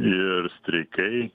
ir streikai